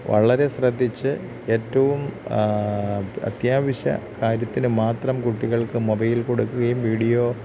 വളരെ ശ്രദ്ധിച്ച് ഏറ്റവും അത്യാവശ്യ കാര്യത്തി കൊടുക്കുകയും വീഡിയോ